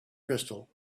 crystal